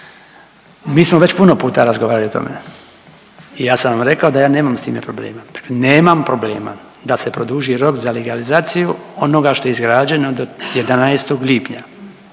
Mi smo već puno puta razgovarali o tome i ja sam rekao da ja nemam s time problema. Nemam problema da se produži rok za legalizaciju onoga što je izgrađeno do 11. lipnja,